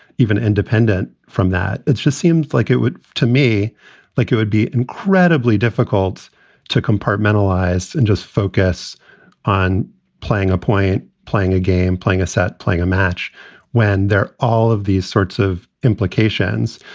even independent from that, it's just seems like it would to me like it would be incredibly difficult to compartmentalize and just focus on playing a point. playing a game, playing a set, playing a match when they're all of these sorts of implications.